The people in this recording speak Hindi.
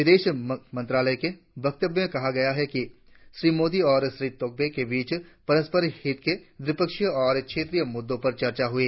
विदेश मंत्रालय के वक्तव्य में कहा गया है कि श्री मोदी और श्री तोब्गे के बीच परस्पर हित के द्विपक्षीय और क्षेत्रीय मुद्दों पर चर्चा हुई